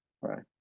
right